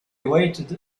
waited